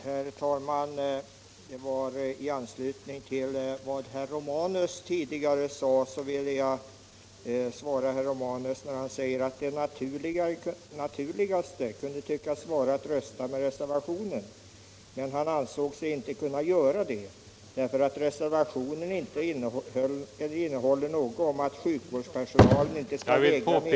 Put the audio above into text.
Herr talman! Herr Romanus framhöll att det naturligaste kan tyckas vara att rösta med reservationen. Herr Romanus ansåg sig dock inte kunna göra detta, eftersom reservationen inte innehåller någonting om att sjukvårdspersonalen ... Här avbröts talaren av herr andre vice talmannen, som erinrade om att ett genmäle måste avse närmast föregående talares anförande.